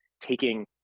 taking